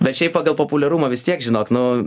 bet šiaip pagal populiarumą vis tiek žinot nu